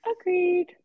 agreed